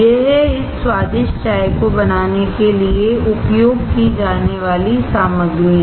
ये हैं इस स्वादिष्ट चाय को बनाने के लिए उपयोग की जाने वाली सामग्रियां